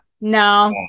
No